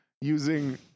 using